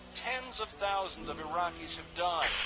tens of thousands of iraqis have died.